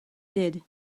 did